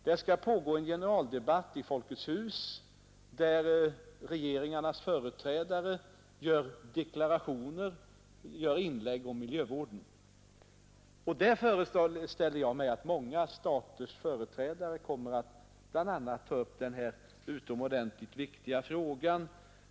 Det skall pågå en generaldebatt i Folkets hus, där regeringarnas företrädare gör deklarationer, inlägg om miljövården. Där föreställer jag mig att många staters företrädare kommer att ta upp bl.a. denna utomordentligt viktiga fråga.